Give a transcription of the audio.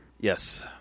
Yes